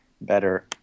better